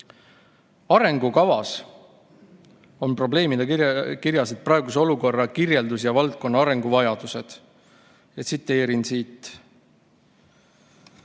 arengukavas on probleemina kirjas praeguse olukorra kirjeldus ja valdkonna arenguvajadused. Tsiteerin: